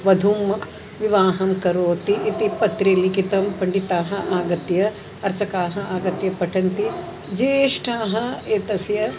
वधुं विवाहं करोति इति पत्रे लिखितं पण्डिताः आगत्य अर्चकाः आगत्य पठन्ति ज्येष्ठाः एतस्य